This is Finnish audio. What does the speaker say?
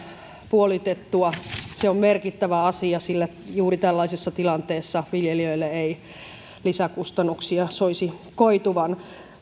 puolitettua se on merkittävä asia sillä juuri tällaisessa tilanteessa viljelijöille ei lisäkustannuksia soisi koituvan